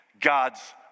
God's